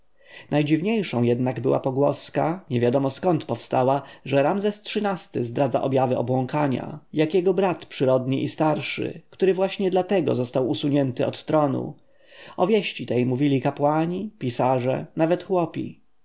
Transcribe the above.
najdziwniejszą jednak była pogłoska niewiadomo skąd powstała że ramzes xiii-ty zdradza objawy obłąkania jak jego brat przyrodni i starszy który właśnie dlatego został usunięty od tronu o wieści tej mówili kapłani pisarze nawet chłopi